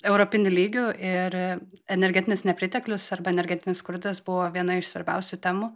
europiniu lygiu ir energetinis nepriteklius arba energetinis skurdas buvo viena iš svarbiausių temų